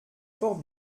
fort